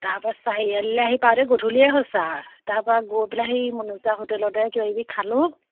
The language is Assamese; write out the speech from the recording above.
তাৰপৰা চাৰিআলিলৈ আহি পাওঁতে গধূলিয়ে হৈছে আৰু তাৰপৰা গৈ পেলাই হেৰি মনোজদা হোটেলতে কিবাকিবি খালোঁ